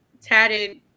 tatted